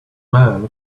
man